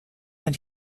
that